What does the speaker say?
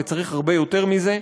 וצריך הרבה יותר מזה,